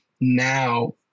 now